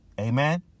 Amen